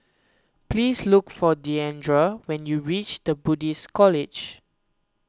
please look for Diandra when you reach the Buddhist College